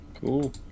Cool